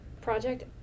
project